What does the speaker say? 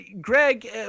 Greg